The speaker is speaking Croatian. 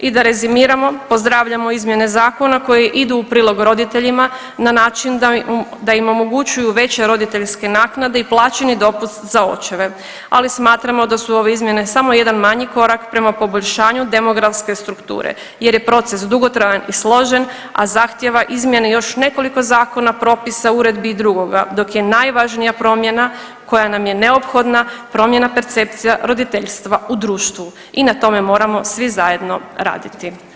I da rezimiramo, pozdravljamo izmjene zakona koji idu u prilog roditeljima na način da im omogućuju veće roditeljske naknade i plaćeni dopust za očeve, ali smatramo da su ove izmjene samo jedan manji korak prema poboljšanju demografske strukture jer je proces dugotrajan i složen, a zahtjeva izmjene još nekoliko zakona, propisa, uredbi i drugoga, dok je najvažnija promjena koja nam je neophodna promjena percepcija roditeljstva u društvu i na tome moramo svi zajedno raditi, hvala.